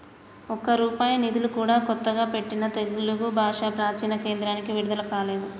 ఒక్క రూపాయి నిధులు కూడా కొత్తగా పెట్టిన తెలుగు భాషా ప్రాచీన కేంద్రానికి విడుదల కాలేదు